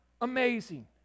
amazing